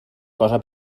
cosa